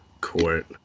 court